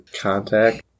contact